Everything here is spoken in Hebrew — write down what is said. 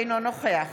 אינו נוכח